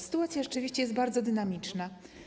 Sytuacja rzeczywiście jest bardzo dynamiczna.